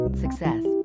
Success